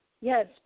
Yes